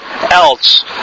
else